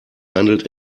handelt